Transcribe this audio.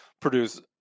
produce